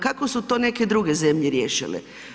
Kako su to neke druge zemlje riješile?